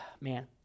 Man